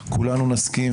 כולנו נסכים,